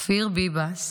כפיר ביבס,